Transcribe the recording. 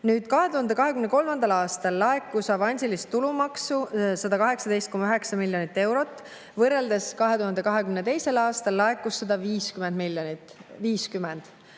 2023. aastal laekus avansilist tulumaksu 118,9 miljonit eurot. Võrdluseks, 2022. aastal laekus 50 miljonit.